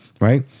right